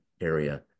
area